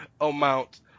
amount